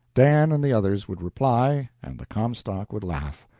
dan and the others would reply, and the comstock would laugh.